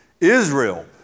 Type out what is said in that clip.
Israel